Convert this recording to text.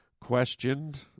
questioned